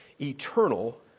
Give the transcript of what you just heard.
eternal